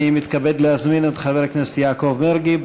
אני מתכבד להזמין את חבר הכנסת יעקב מרגי.